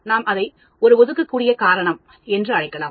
நாம் அதை ஒரு ஒதுக்கக்கூடிய காரணம் என்று அழைக்கலாம்